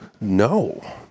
No